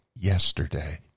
yesterday